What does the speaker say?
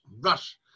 rush